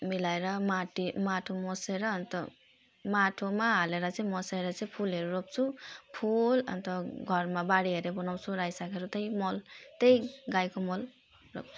मिलाएर माटी माटो मुछेर अन्त माटोमा हालेर चाहिँ मुछेर चाहिँ फुलहरू रोप्छु फुल अन्त घरमा बारीहरू बनाउँछु रायो सागहरू त्यही मल त्यही गाईको मल